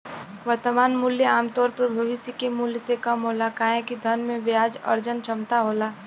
वर्तमान मूल्य आमतौर पर भविष्य के मूल्य से कम होला काहे कि धन में ब्याज अर्जन क्षमता होला